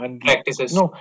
practices